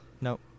Nope